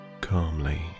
calmly